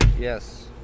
Yes